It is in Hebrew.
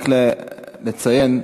רק לציין,